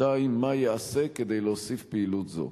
2. מה ייעשה כדי להוסיף פעילות זו?